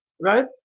right